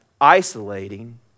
isolating